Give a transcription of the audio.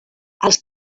als